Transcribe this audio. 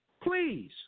Please